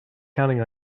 counting